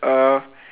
uh